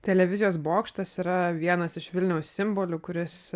televizijos bokštas yra vienas iš vilniaus simbolių kuris